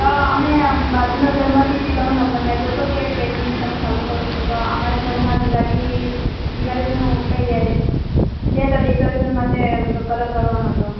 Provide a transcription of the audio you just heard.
તો અમે બાજુના ઘરમાંથી તમાર નંબર માંગ્યો તો કે પેંટિંગ તમે સારું કરો છો તો અમારે ઘરમાં દિવાળી દિવાળીનો કય છે તો ડેકોરેશન માટે કલર કરવાનો હતો